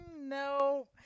no